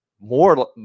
more